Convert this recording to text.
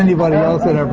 anybody else had